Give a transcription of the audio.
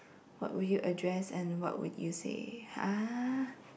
what will you address and what will you say !huh!